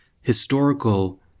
historical